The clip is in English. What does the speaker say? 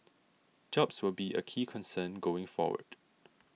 jobs will be a key concern going forward